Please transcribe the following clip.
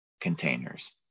containers